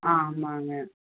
ஆமாங்க